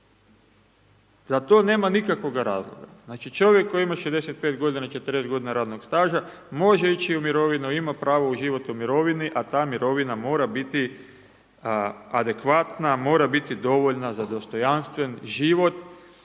za to nema nikakvoga razloga. Znači čovjek koji ima 65 g. 40 g. radnoga staža, može ići u mirovinu, ima pravo uživati u mirovini, a ta mirovina mora biti adekvatna, mora biti dovoljna za dostojanstven život